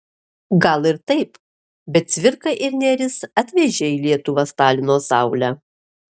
gal ir taip bet cvirka ir nėris atvežė į lietuvą stalino saulę